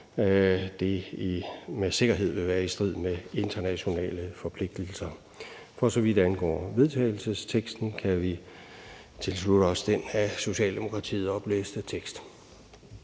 det med sikkerhed vil være i strid med internationale forpligtelser. For så vidt angår vedtagelsesteksten, kan jeg sige, at vi tilslutter os den af Socialdemokratiet oplæste tekst.